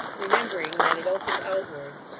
remembering that it opened outwards,